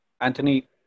Anthony